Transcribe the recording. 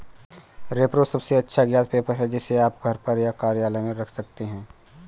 repro सबसे अच्छा ज्ञात पेपर है, जिसे आप घर या कार्यालय में रख सकते हैं